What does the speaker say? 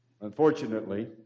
Unfortunately